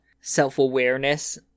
self-awareness